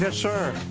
and sir.